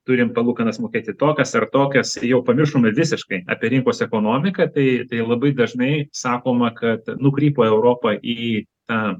turim palūkanas mokėti tokias ar tokias jau pamiršome visiškai apie rinkos ekonomiką tai tai labai dažnai sakoma kad nukrypo europa į tą